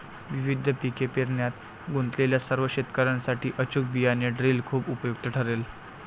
विविध पिके पेरण्यात गुंतलेल्या सर्व शेतकर्यांसाठी अचूक बियाणे ड्रिल खूप उपयुक्त ठरेल